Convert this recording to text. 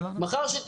מחר,